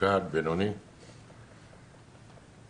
בינוני או קל.